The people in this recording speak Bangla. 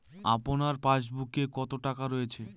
আপনার পাসবুকে কত টাকা রয়েছে?